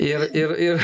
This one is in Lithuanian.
ir ir ir